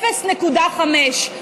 0.5%,